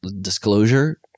Disclosure